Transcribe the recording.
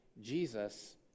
Jesus